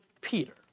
Peter